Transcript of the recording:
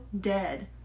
dead